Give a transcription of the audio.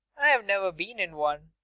i've never been in one.